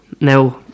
now